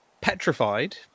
petrified